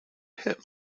hit